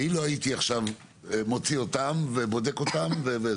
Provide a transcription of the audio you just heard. אני לא הייתי עכשיו מוציא אותם ובודק אותם.